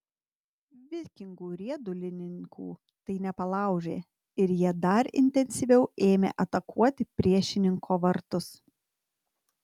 vikingo riedulininkų tai nepalaužė ir jie dar intensyviau ėmė atakuoti priešininko vartus